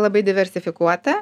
labai diversifikuota